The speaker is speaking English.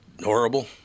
horrible